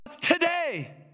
today